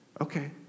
okay